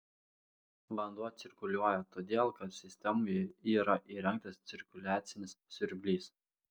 vanduo cirkuliuoja todėl kad sistemoje yra įrengtas cirkuliacinis siurblys